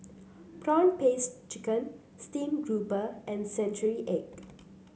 prawn paste chicken Steamed Grouper and Century Egg